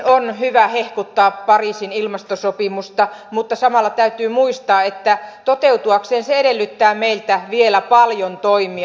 on hyvä hehkuttaa pariisin ilmastosopimusta mutta samalla täytyy muistaa että toteutuakseen se edellyttää meiltä vielä paljon toimia